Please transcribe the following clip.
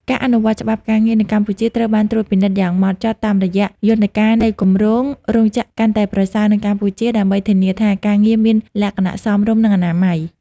ការអនុវត្តច្បាប់ការងារនៅកម្ពុជាត្រូវបានត្រួតពិនិត្យយ៉ាងហ្មត់ចត់តាមរយៈយន្តការនៃគម្រោង "រោងចក្រកាន់តែប្រសើរនៅកម្ពុជា" ដើម្បីធានាថាការងារមានលក្ខណៈសមរម្យ និងអនាម័យ។